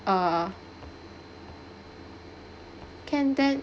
err can then